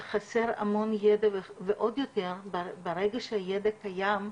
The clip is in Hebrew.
חסר המון ידע, ועוד יותר, ברגע שהידע קיים,